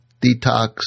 detox